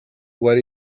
what